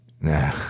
Nah